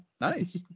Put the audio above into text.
nice